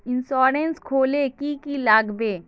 Insurance खोले की की लगाबे?